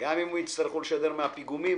אם יצטרכו לשדר מן הפיגומים?